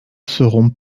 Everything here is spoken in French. seront